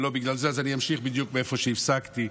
אז אמשיך בדיוק מאיפה שהפסקתי,